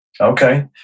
Okay